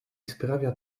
sprawia